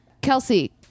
kelsey